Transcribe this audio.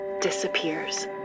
disappears